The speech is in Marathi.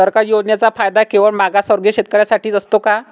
सरकारी योजनांचा फायदा केवळ मागासवर्गीय शेतकऱ्यांसाठीच असतो का?